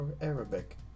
Arabic